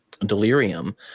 delirium